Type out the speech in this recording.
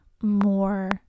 more